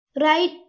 right